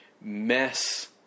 mess